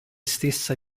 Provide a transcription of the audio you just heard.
stessa